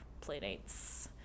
playdates